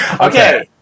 Okay